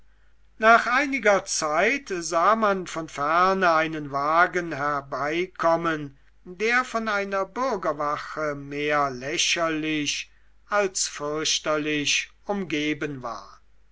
nach einiger zeit sah man von ferne einen wagen herbeikommen der von einer bürgerwache mehr lächerlich als fürchterlich umgeben war